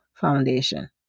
Foundation